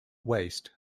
waste